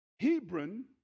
Hebron